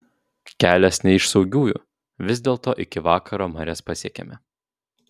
kelias ne iš saugiųjų vis dėlto iki vakaro marias pasiekėme